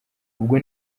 ubwo